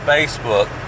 Facebook